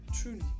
truly